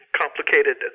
complicated